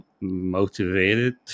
motivated